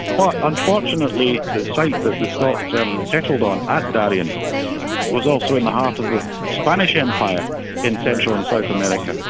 but unfortunately, the site that the scots um settled on at darien was also in the heart of the spanish empire in central and south america.